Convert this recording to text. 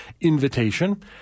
Invitation